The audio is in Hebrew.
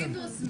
התשפ"ב 2022,